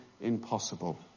impossible